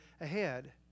ahead